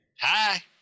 hi